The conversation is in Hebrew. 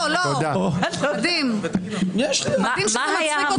זה מדהים שזה מצחיק אותו.